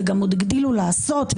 ועוד הגדילו לעשות,